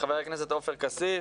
לחבר הכנסת עופר כסיף,